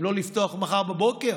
אם לא לפתוח מחר בבוקר.